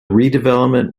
redevelopment